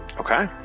Okay